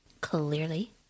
Clearly